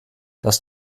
das